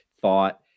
thought